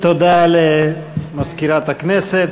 תודה למזכירת הכנסת.